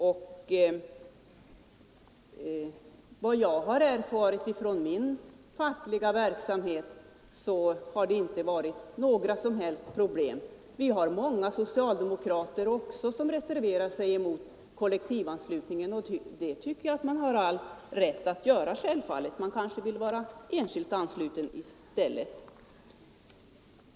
Enligt vad jag erfarit från min fackliga verksamhet har det inte varit några som helst problem Vi har många socialdemokrater som reserverar sig mot kollektivanslutning, vilket man självfallet har all rätt att göra. Man kanske vill vara enskilt ansluten i stället.